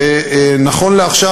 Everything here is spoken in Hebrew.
ונכון לעכשיו,